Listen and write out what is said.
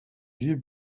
vieux